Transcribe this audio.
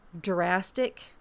drastic